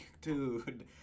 dude